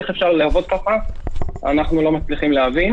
איך אפשר לעבוד ככה אנחנו לא מצליחים להבין.